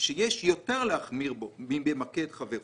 שיש להחמיר בו יותר מבמכה את חברו.